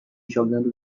jogando